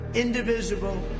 indivisible